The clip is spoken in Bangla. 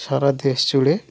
সারা দেশ জুড়ে